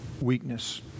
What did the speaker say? weakness